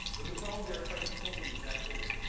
but the problem they are trying to solve is exactly this.